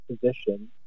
position